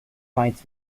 finds